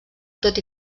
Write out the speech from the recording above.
tot